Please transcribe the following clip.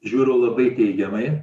žiūriu labai teigiamai